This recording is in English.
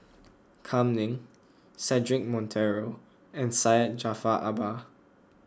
Kam Ning Cedric Monteiro and Syed Jaafar Albar